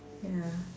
ya